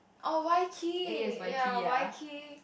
oh Waikir ya Waikir